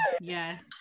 yes